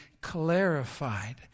clarified